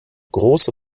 große